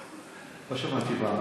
לא שמעתי מה אמרת.